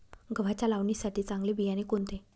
गव्हाच्या लावणीसाठी चांगले बियाणे कोणते?